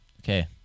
Okay